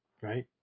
right